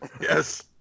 Yes